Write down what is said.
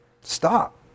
Stop